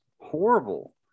horrible